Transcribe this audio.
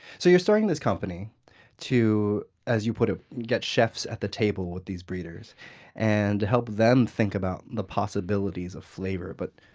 so you're starting this company to, as you put it, get chefs at the table with these breeders and help them think about the possibilities of flavor. but,